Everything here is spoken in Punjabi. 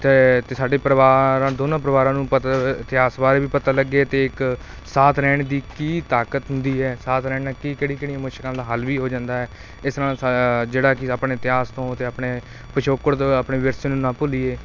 ਅਤੇ ਅਤੇ ਸਾਡੇ ਪਰਿਵਾਰਾਂ ਦੋਨਾਂ ਪਰਿਵਾਰਾਂ ਨੂੰ ਪਤਾ ਇਤਿਹਾਸ ਬਾਰੇ ਵੀ ਪਤਾ ਲੱਗੇ ਅਤੇ ਇੱਕ ਸਾਥ ਰਹਿਣ ਦੀ ਕੀ ਤਾਕਤ ਹੁੰਦੀ ਹੈ ਸਾਥ ਰਹਿਣ ਨਾਲ ਕੀ ਕਿਹੜੀਆ ਕਿਹੜੀਆਂ ਮੁਸ਼ਕਿਲਾਂ ਦਾ ਹੱਲ ਵੀ ਹੋ ਜਾਂਦਾ ਹੈ ਇਸ ਨਾਲ ਸਾਡਾ ਜਿਹੜਾ ਕਿ ਆਪਣੇ ਇਤਿਹਾਸ ਤੋਂ ਅਤੇ ਆਪਣੇ ਪਿਛੋਕੜ ਤੋਂ ਆਪਣੇ ਵਿਰਸੇ ਨੂੰ ਨਾ ਭੁੱਲੀਏ